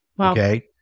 okay